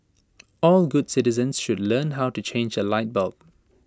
all good citizens should learn how to change A light bulb